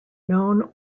known